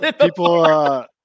people